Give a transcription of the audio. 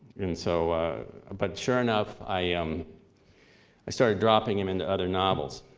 and so but sure enough, i um i started dropping him into other novels.